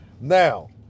Now